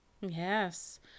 Yes